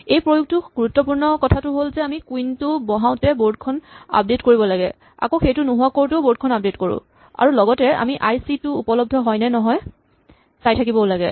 এই প্ৰয়োগটোৰ গুৰুত্বপূৰ্ণ কথাটো হ'ল যে আমি কুইন টো বহাওতে বৰ্ড খন আপডেট কৰিব লাগে আকৌ সেইটো নোহোৱা কৰোতেও বৰ্ড খন আপডেট কৰো আৰু লগতে আমি আই চি টো উপলব্ধ হয় নে নহয় চাই থাকিবও লাগে